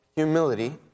humility